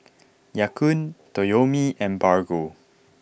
Ya Kun Toyomi and Bargo